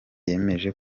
yemeje